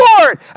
Lord